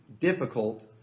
difficult